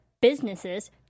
businesses